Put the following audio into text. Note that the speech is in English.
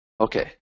Okay